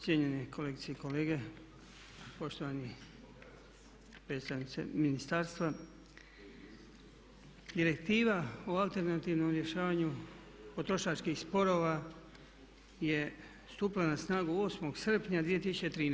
Cijenjeni kolegice i kolege, poštovani predstavnici ministarstva direktiva o alternativnom rješavanju potrošačkih sporova je stupila na snagu 8.srpnja 2013.